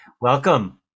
welcome